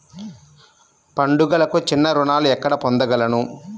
పండుగలకు చిన్న రుణాలు ఎక్కడ పొందగలను?